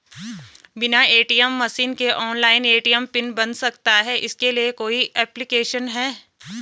बिना ATM machine के online ATM pin बन सकता है इसके लिए कोई ऐप्लिकेशन है?